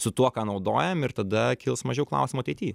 su tuo ką naudojam ir tada kils mažiau klausimų ateity